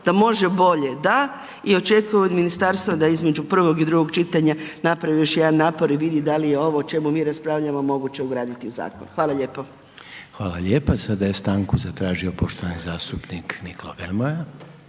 Da može bolje da i očekujem od ministarstva da između prvog i drugog čitanja napravi još jedan napor i vidi da li je ovo o čemu mi raspravljamo moguće ugraditi u zakon. Hvala lijepo. **Reiner, Željko (HDZ)** Hvala lijepa. Sada je stanku zatražio poštovani zastupnik Nikola Grmoja.